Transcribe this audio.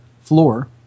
floor